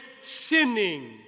sinning